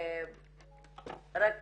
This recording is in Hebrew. רק